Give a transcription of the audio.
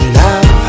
love